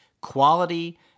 quality